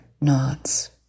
nods